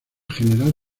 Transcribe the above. general